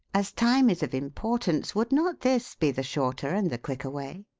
as time is of importance, would not this be the shorter and the quicker way?